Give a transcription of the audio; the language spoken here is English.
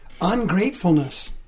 Ungratefulness